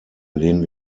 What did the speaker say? lehnen